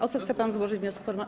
O co chce pan złożyć wniosek formalny?